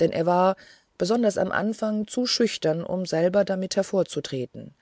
denn er war besonders im anfang zu schüchtern um selber damit hervorzutreten